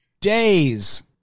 days